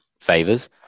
favors